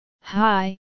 Hi